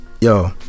Yo